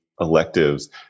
electives